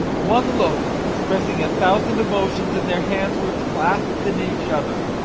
one look, expressing a thousand emotions, and their hands were clasped in each other!